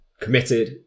committed